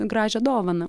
gražią dovaną